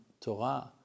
Torah